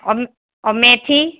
और और मेथी